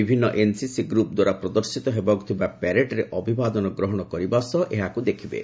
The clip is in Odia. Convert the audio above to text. ବିଭିନ୍ନ ଏନ୍ସିସି ଗ୍ରପ୍ ଦ୍ୱାରା ପ୍ରଦର୍ଶିତ ହେବାକୁଥିବା ପ୍ୟାରେଡ୍ରେ ଅଭିବାଦନ ଗ୍ରହଣ କରିବା ସହ ଏହାକୁ ଦେଖିବେ